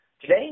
Today